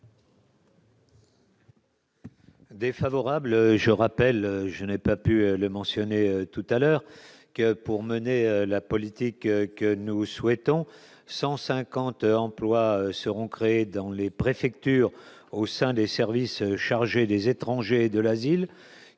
Défavorable, je rappelle, je n'ai pas pu le mentionner tout à l'heure que pour mener la politique que nous souhaitons 150 emplois seront créés dans les préfectures, au sein des services chargés des étrangers de l'asile